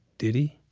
did he?